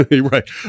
Right